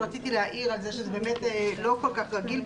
רציתי להעיר על כך שזה באמת לא כל כך רגיל.